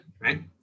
Right